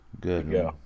Good